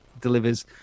delivers